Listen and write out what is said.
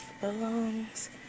belongs